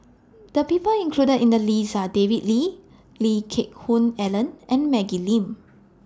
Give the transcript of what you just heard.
The People included in The list Are David Lee Lee Geck Hoon Ellen and Maggie Lim